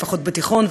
לפחות בתיכון,